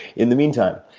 in the meantime,